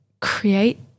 create